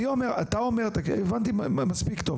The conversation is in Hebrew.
הבנתי מספיק טוב,